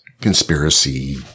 conspiracy